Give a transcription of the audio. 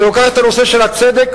שלוקחת את הנושא של הצדק,